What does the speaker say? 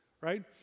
right